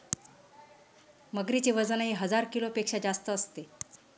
मगरीचे वजनही हजार किलोपेक्षा जास्त असते